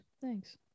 Thanks